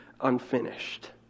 unfinished